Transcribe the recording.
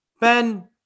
Ben